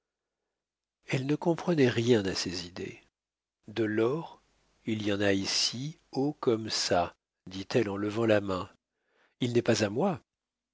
elle ne comprenait rien à ces idées de l'or il y en a ici haut comme ça dit-elle en levant la main il n'est pas à moi